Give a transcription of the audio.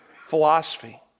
philosophy